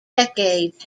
decades